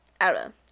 error